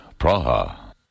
Praha